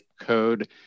code